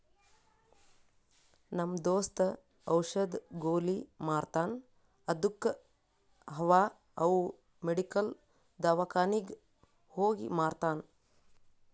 ನಮ್ ದೋಸ್ತ ಔಷದ್, ಗೊಲಿ ಮಾರ್ತಾನ್ ಅದ್ದುಕ ಅವಾ ಅವ್ ಮೆಡಿಕಲ್, ದವ್ಕಾನಿಗ್ ಹೋಗಿ ಮಾರ್ತಾನ್